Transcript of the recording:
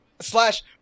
Slash